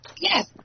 Yes